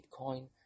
Bitcoin